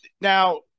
now